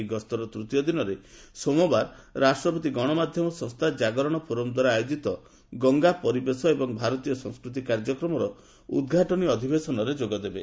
ଏହି ଗସ୍ତର ତୃତୀୟ ଦିନରେ ସୋମବାର ରାଷ୍ଟ୍ରପତି ଗଣମାଧ୍ୟମ ସଂସ୍ଥା ଜାଗରଣ ଫୋରମ୍ ଦ୍ୱାରା ଆୟୋଜିତ ଗଙ୍ଗା ପରିବେଶ ଏବଂ ଭାରତୀୟ ସଂସ୍କୃତି କାର୍ଯ୍ୟକ୍ରମର ଉଦ୍ଘାଟନୀ ଅଧିବେଶନରେ ଯୋଗଦେବେ